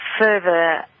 further